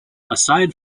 aside